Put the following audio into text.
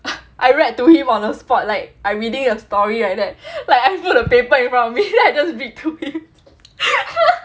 I read to him like on the spot like I reading a story like that like I flip the paper around him then I just read through